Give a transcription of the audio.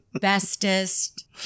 bestest